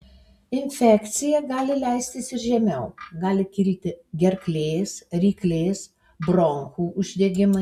infekcija gali leistis ir žemiau gali kilti gerklės ryklės bronchų uždegimai